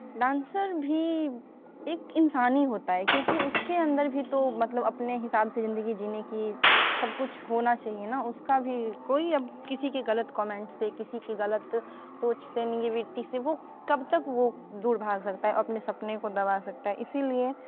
dancer भी एक इंसान ही होता है क्योंकि उसके अंदर भी तो मतलब अपने हिसाब से जिंदगी जीने की सब कुछ होना चाहिए ना उसका भी कोई अब किसी की गलत कोमेंट से किसी की गलत सोच से नेगेटिव से वो कब तक वो दूर भाग सकता है अपने सपने को दबा सकता है इसीलिए